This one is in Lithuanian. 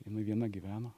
vienui viena gyveno